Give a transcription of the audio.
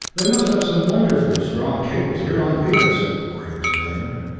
they must have some wonderfully strong cables here on venus! morey exclaimed.